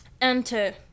enter